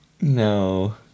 no